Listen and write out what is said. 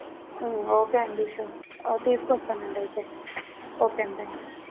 okay అండి sure తీసుకు వస్తానండి అయితే ఓకే అండి థ్యాంక్ యూ